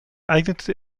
eignete